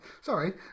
Sorry